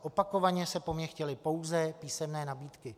Opakovaně se po mně chtěly pouze písemné nabídky.